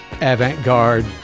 avant-garde